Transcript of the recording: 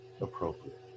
appropriate